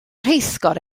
rheithgor